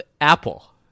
Apple